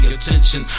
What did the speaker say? attention